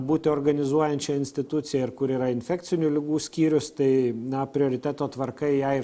būti organizuojančia institucija ir kur yra infekcinių ligų skyrius tai na prioriteto tvarka jei